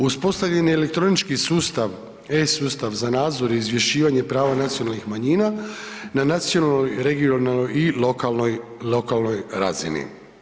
Uspostavljen je elektronički sustav e-Sustav za nadzor i izvješćivanje prava nacionalnih manjina na nacionalnoj, regionalnoj i lokalnoj razini.